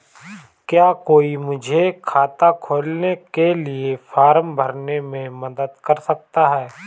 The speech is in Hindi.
क्या कोई मुझे खाता खोलने के लिए फॉर्म भरने में मदद कर सकता है?